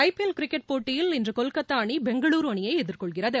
ஐ P L cricket போட்டியில் இன்று கொல்கத்தா அணி பெங்களுரு அணியை எதிர்கொள்கிறது